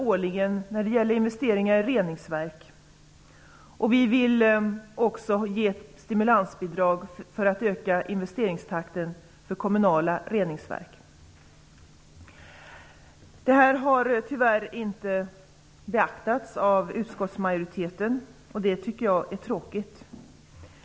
Vi vill ge ett stimulansbidrag så att investeringstakten skall kunna ökas med 500 miljoner kronor årligen när det gäller de kommunala reningsverken. Detta har tyvärr inte beaktats av utskottsmajoriteten. Det är tråkigt.